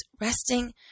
Resting